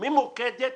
ממוקדת